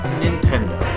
nintendo